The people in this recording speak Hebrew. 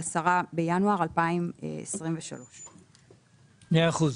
10 בינואר 2023". זה מהיום.